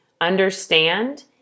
understand